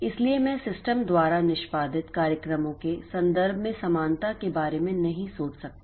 इसलिए मैं सिस्टम द्वारा निष्पादित कार्यक्रमों के संदर्भ में समानता के बारे में नहीं सोच सकता